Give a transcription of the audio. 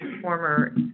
former